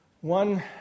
One